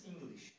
English